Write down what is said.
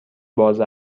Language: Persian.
باز